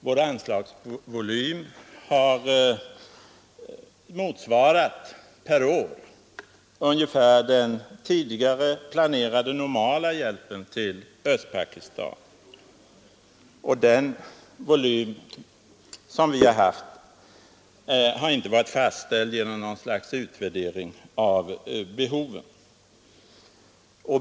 Vår anslagsvolym har per år ungefär motsvarat den tidigare planerade normala hjälpen till Östpakistan, och den volymen har inte varit fastställd genom något slags värdering av behoven.